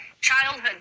Childhood